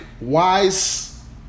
wise